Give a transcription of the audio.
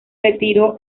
retiró